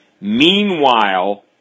meanwhile